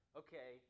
okay